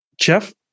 jeff